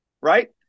right